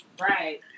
right